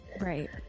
Right